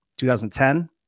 2010